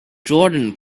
jordan